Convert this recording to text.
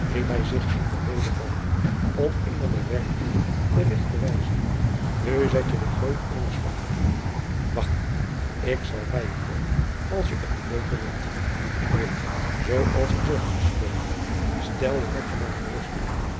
hij zich in de reden vallende om eenen der werklieden te recht te wijzen nu zet je de geut immers vlak verkeerd wacht ik zal bij je komen als je t niet beter weet nu zoo als gezegd is freule stel je hartje maar gerust